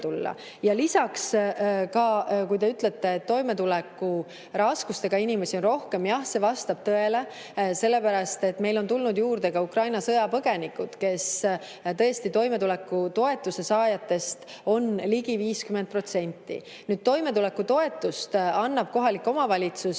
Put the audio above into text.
tulla. Lisaks, kui te ütlete, et toimetulekuraskustega inimesi on rohkem, siis jah, see vastab tõele, sellepärast et meile on tulnud juurde Ukraina sõjapõgenikud, keda toimetulekutoetuse saajatest on ligi 50%. Toimetulekutoetust annab kohalik omavalitsus,